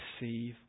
receive